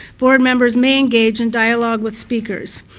board members may engage in dialogue with speakers.